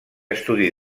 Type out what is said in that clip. estudi